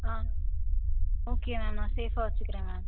ஆ okay ma'am நான் சேஃபாக வச்சுக்கிறேன் மேம்